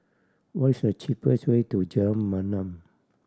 what is the cheapest way to Jalan Mamam